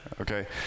Okay